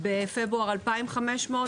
בפברואר 2,500,